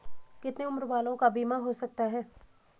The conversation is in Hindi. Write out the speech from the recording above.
कितने उम्र वालों का बीमा हो सकता है?